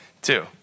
Two